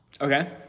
Okay